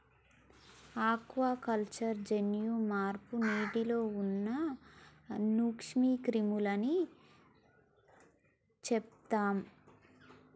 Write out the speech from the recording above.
aquaculture జన్యు మార్పు నీటిలో ఉన్న నూక్ష్మ క్రిములని చెపుతయ్